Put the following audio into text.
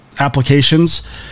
Applications